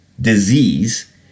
disease